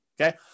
okay